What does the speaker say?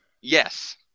Yes